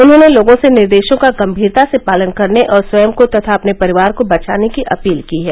उन्होंने लोगों से निर्देशों का गंभीरता से पालन करने और स्वयं को तथा अपने परिवार को बचाने की अपील की है